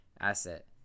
asset